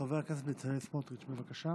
חבר הכנסת בצלאל סמוטריץ', בבקשה.